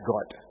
God